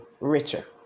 richer